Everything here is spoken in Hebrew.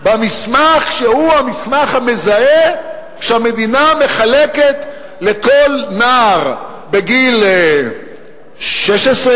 במסמך שהוא המסמך המזהה שהמדינה מחלקת לכל נער בגיל 16,